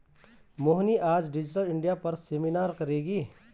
मोहिनी आज digital India पर seminar करेगी